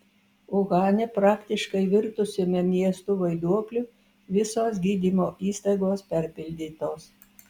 uhane praktiškai virtusiame miestu vaiduokliu visos gydymo įstaigos perpildytos